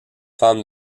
femme